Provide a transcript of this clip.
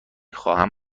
خواهم